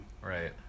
Right